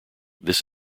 this